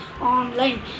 online